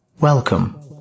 Welcome